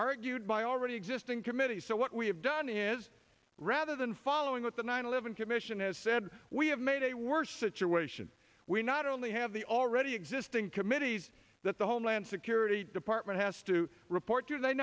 argued by already existing committees so what we have done is rather than following what the nine eleven commission has said we have made a worse situation we not only have the already existing committees that the homeland security department has to report to they